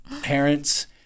parents